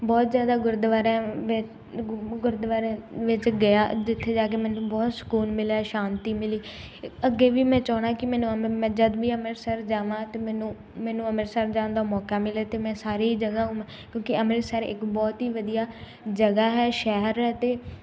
ਬਹੁਤ ਜ਼ਿਆਦਾ ਗੁਰਦੁਆਰਾ ਗੁਰਦੁਆਰਿਆਂ ਵਿੱਚ ਗਿਆ ਜਿੱਥੇ ਜਾ ਕੇ ਮੈਨੂੰ ਬਹੁਤ ਸਕੂਨ ਮਿਲਿਆ ਸ਼ਾਂਤੀ ਮਿਲੀ ਅੱਗੇ ਵੀ ਮੈਂ ਚਾਹੁੰਦਾ ਕਿ ਮੈਨੂੰ ਮੈਂ ਜਦ ਵੀ ਅੰਮ੍ਰਿਤਸਰ ਜਾਵਾਂ ਅਤੇ ਮੈਨੂੰ ਮੈਨੂੰ ਅੰਮ੍ਰਿਤਸਰ ਜਾਣ ਦਾ ਮੌਕਾ ਮਿਲੇ ਅਤੇ ਮੈਂ ਸਾਰੀ ਜਗ੍ਹਾ ਕਿਉਂਕਿ ਅੰਮ੍ਰਿਤਸਰ ਇੱਕ ਬਹੁਤ ਹੀ ਵਧੀਆ ਜਗ੍ਹਾ ਹੈ ਸ਼ਹਿਰ ਅਤੇ